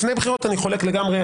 לפני בחירות, אני חולק לגמרי.